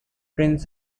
trains